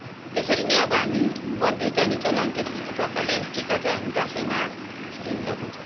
त्यसरी नै अब हामी मन्दिर जाने चलन छ त्यस्तो प्रकारले अनि टिका चाहिँ हामी दसैँमा त्यसरी लगाउँछौँ